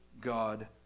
God